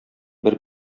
бер